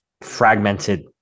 fragmented